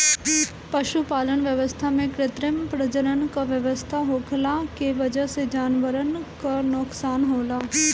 पशुपालन व्यवस्था में कृत्रिम प्रजनन क व्यवस्था होखला के वजह से जानवरन क नोकसान होला